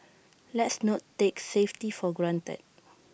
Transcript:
let's not take safety for granted